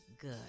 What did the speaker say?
good